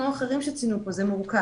בהמשך למה שציינו פה בוועדה,